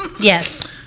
Yes